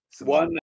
one